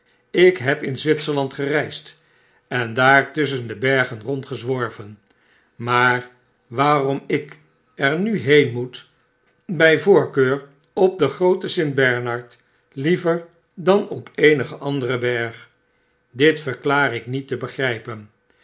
ik heb in zwitserland gereisd en heb tusschen de bergen rondgezworven maar waarom ik er nu heen moet by voorkeur op den grooten st bernard liever dan op eenigen anderen berg dit verklaar ik niet te begrypen